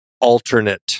alternate